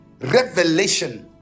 revelation